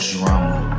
Drama